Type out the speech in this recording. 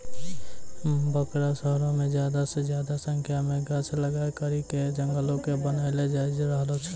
बड़का शहरो मे ज्यादा से ज्यादा संख्या मे गाछ लगाय करि के जंगलो के बनैलो जाय रहलो छै